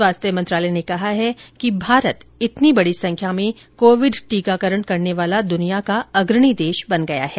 स्वास्थ्य मंत्रालय ने कहा है कि भारत इतनी बडी संख्या में कोविड टीकाकरण करने वाला दुनिया का अग्रणी देश बन गया है